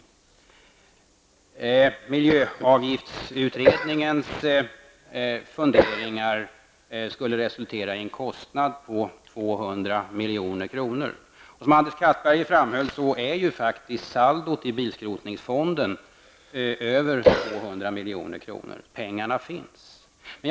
När det gäller miljöavgiftsutredningen och dess funderingar skulle resultatet här vara en kostnad om 200 milj.kr. Som Anders Castberger framhöll överskrider saldot i bilskrotningsfonden summan 200 miljoner. Pengarna finns alltså.